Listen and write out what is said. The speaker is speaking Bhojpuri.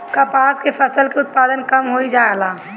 कपास के फसल के उत्पादन कम होइ जाला?